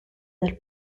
del